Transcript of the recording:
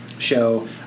show